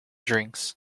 drinks